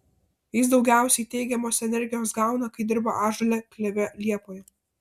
jis daugiausiai teigiamos energijos gauna kai dirba ąžuole kleve liepoje